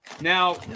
Now